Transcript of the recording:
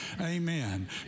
Amen